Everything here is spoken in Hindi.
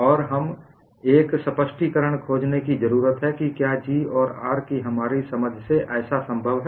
और हमें एक स्पष्टीकरण खोजने की जरूरत है कि क्या G और R की हमारी समझ से ऐसा संभव है